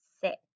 six